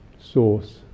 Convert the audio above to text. source